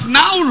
now